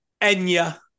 Enya